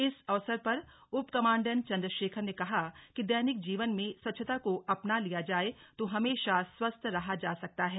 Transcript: इस अवसर पर उप कमांडेंट चंद्रशेखर ने कहा कि दैनिक जीवन में स्वच्छता को अपना लिया जाए तो हमेशा स्वस्थ रहा जा सकता है